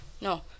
No